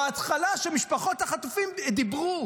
בהתחלה כשמשפחות החטופים דיברו